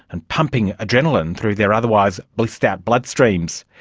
and pumping adrenaline through their otherwise blissed out blood streams.